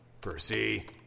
Percy